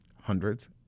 hundreds